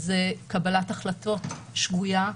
זאת קבלת החלטות שגויה,